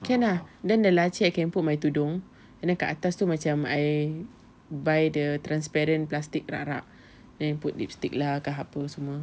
can ah then the laci I can put my tudung and then kat atas tu macam I buy the transparent plastic rak-rak then put lipstick lah ke apa semua